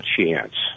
chance